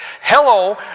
Hello